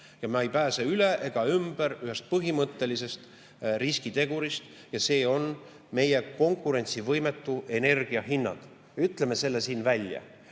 me ei pääse üle ega ümber veel ühest põhimõttelisest riskitegurist. See on meie konkurentsivõimetud energia hinnad, ütleme selle siin välja.